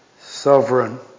sovereign